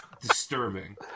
disturbing